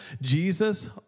Jesus